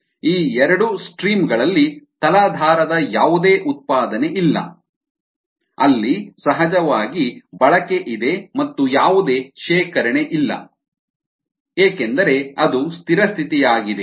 ಈ ಎರಡು ಸ್ಟ್ರೀಮ್ ಗಳಲ್ಲಿ ತಲಾಧಾರದ ಯಾವುದೇ ಉತ್ಪಾದನೆಯಿಲ್ಲ ಅಲ್ಲಿ ಸಹಜವಾಗಿ ಬಳಕೆ ಇದೆ ಮತ್ತು ಯಾವುದೇ ಶೇಖರಣೆಯಿಲ್ಲ ಏಕೆಂದರೆ ಅದು ಸ್ಥಿರ ಸ್ಥಿತಿಯಾಗಿದೆ